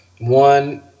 one